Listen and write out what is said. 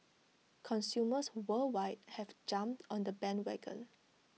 consumers worldwide have jumped on the bandwagon